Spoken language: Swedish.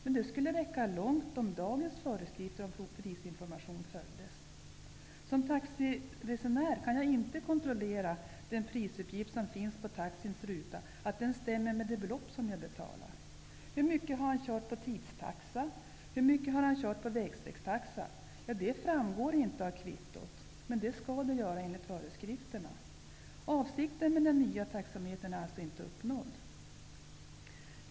Men det skulle räcka långt om dagens föreskrifter om prisinformation följdes. Som taxiresenär kan jag inte kontrollera att den prisuppgift som finns på taxins ruta stämmer överens med det belopp som jag betalar. Hur mycket har chauffören kört på tidstaxa? Hur mycket har han kört på vägsträckstaxa? Det framgår inte av kvittot, men det skall det enligt föreskrifterna göra. Avsikten med den nya taxametern är alltså inte uppnådd.